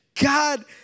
God